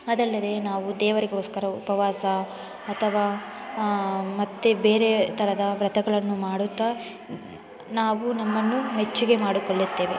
ಅದಲ್ಲದೆ ನಾವು ದೇವರಿಗೋಸ್ಕರ ಉಪವಾಸ ಅಥವಾ ಮತ್ತು ಬೇರೆ ಥರದ ವ್ರತಗಳನ್ನು ಮಾಡುತ್ತ ನಾವು ನಮ್ಮನ್ನು ಮೆಚ್ಚುಗೆ ಮಾಡಿಕೊಳ್ಳುತ್ತೇವೆ